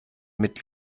mit